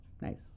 nice